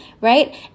right